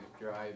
drive